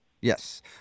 Yes